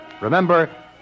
Remember